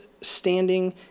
standing